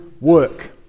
work